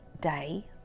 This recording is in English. day